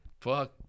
fuck